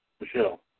Michelle